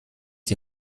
die